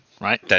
right